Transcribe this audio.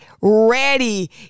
ready